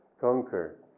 conquer